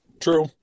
True